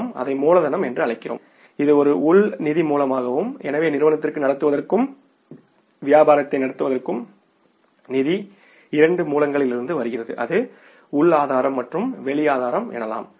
நாம் அதை மூலதனம் என்று அழைக்கிறோம் ஏனெனில் இது ஒரு உள் நிதி மூலமாகும் எனவே நிறுவனத்தை நடத்துவதற்கும் வியாபாரத்தை நடத்துவதற்கும் நிதி இரண்டு மூலங்களிலிருந்து வருகிறது அது உள் ஆதாரம் மற்றும் வெளி ஆதாரம் எனலாம்